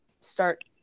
start